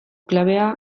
klabea